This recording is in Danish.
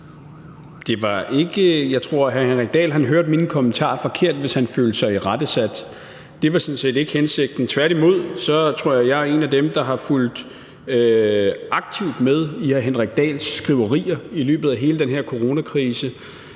Hummelgaard): Jeg tror, hr. Henrik Dahl hørte min kommentar forkert, hvis han følte sig irettesat. Det var sådan set ikke hensigten. Tværtimod tror jeg, at jeg er en af dem, der har fulgt aktivt med i hr. Henrik Dahls skriverier i løbet af hele den her coronakrise,